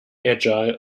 agile